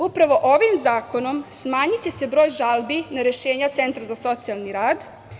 Upravo ovim zakonom smanjiće se broj žalbi na rešenja centra za socijalni rad.